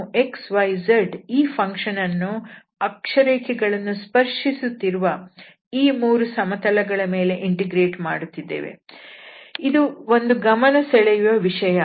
ನಾವು x y z ಈ function ಅನ್ನು ಅಕ್ಷರೇಖೆಗಳನ್ನು ಸ್ಪರ್ಶಿಸುತ್ತಿರುವ ಆ ಮೂರು ಸಮತಲಗಳ ಮೇಲೆ ಇಂಟಿಗ್ರೇಟ್ ಮಾಡುತ್ತಿದ್ದೇವೆ ಇದು ಒಂದು ಗಮನಸೆಳೆಯುವ ವಿಷಯ